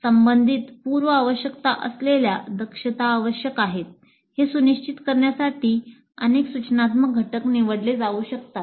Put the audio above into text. संबंधित पूर्व आवश्यकता असलेल्या दक्षता आवश्यक आहेत हे सुनिश्चित करण्यासाठी अनेक सूचनात्मक घटक निवडले जाऊ शकतात